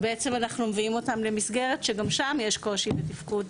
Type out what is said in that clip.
ובעצם אנחנו מביאים אותם למסגרת שגם שם יש קושי בתפקוד,